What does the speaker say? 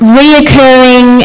reoccurring